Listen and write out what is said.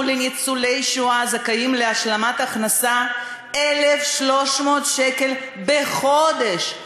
לניצולי שואה הזכאים להשלמת הכנסה 1,300 שקל בחודש,